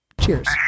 Cheers